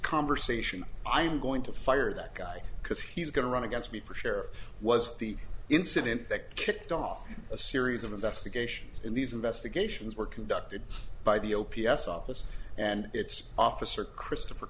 conversation i'm going to fire that guy because he's going to run against me for sure was the incident that kicked off a series of investigations in these investigations were conducted by the o p s office and it's officer christopher